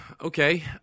Okay